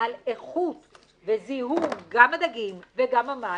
על איכות וזיהום גם הדגים וגם המים,